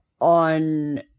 on